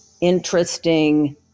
interesting